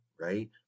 right